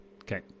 Okay